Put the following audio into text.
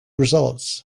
results